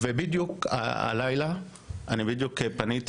״אני אהיה שמחה רק ברגע שאתה תהיה גופה.״ פניתי